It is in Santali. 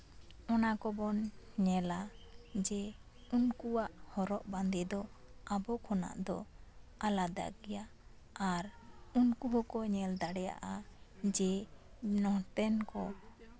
ᱚᱱᱟ ᱠᱚᱵᱚᱱ ᱧᱮᱞᱟ ᱡᱮ ᱩᱱᱠᱩᱣᱟᱜ ᱦᱚᱨᱚᱜ ᱵᱟᱫᱮᱸ ᱫᱚ ᱟᱵᱚ ᱠᱷᱚᱱᱟᱜ ᱫᱚ ᱟᱞᱟᱫᱟ ᱜᱮᱭᱟ ᱟᱨ ᱩᱱᱠᱩ ᱦᱚᱸ ᱠᱚ ᱧᱮᱞ ᱫᱟᱲᱮᱭᱟᱜᱼᱟ ᱡᱮ ᱱᱚᱛᱮᱱ ᱠᱚ